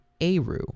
Aru